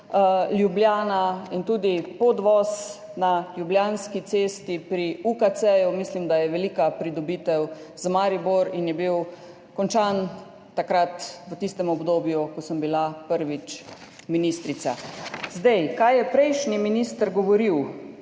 Ljubljana in tudi podvoz na Ljubljanski cesti pri UKC mislim, da je velika pridobitev za Maribor, in je bil končan v tistem obdobju, ko sem bila prvič ministrica. Kar je prejšnji minister govoril,